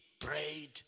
prayed